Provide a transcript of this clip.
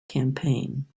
campaign